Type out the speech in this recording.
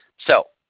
so,